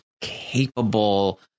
capable